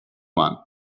one